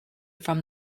from